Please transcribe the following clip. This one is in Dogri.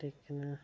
लेकिन